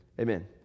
Amen